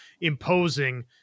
imposing